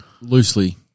loosely